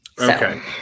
Okay